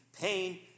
pain